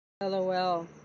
LOL